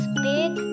big